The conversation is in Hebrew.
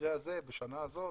בשנה הזאת,